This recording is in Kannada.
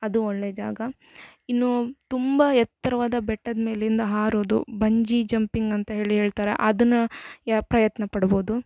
ಅದು ಒಳ್ಳೆಯ ಜಾಗ ಇನ್ನೂ ತುಂಬಾ ಎತ್ತರವಾದ ಬೆಟ್ಟದ ಮೇಲಿಂದ ಹಾರೋದು ಬಂಜಿ ಜಂಪಿಂಗ್ ಅಂತ ಹೇಳಿ ಹೇಳ್ತರೆ ಅದನ್ನ ಯ ಪ್ರಯತ್ನ ಪಡ್ಬೋದು